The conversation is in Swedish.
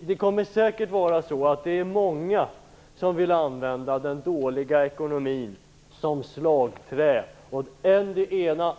Det kommer säkert att vara många som vill använda den dåliga ekonomin som slagträ åt än det ena